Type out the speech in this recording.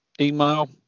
email